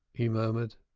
he murmured.